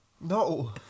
No